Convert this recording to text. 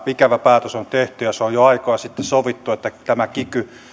ikävä päätös on tehty se on jo aikoja sitten sovittu että kiky